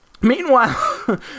Meanwhile